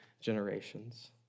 generations